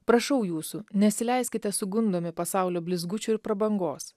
prašau jūsų nesileiskite sugundomi pasaulio blizgučių ir prabangos